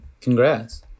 congrats